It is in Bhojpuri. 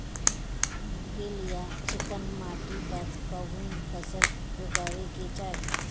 गील या चिकन माटी पर कउन फसल लगावे के चाही?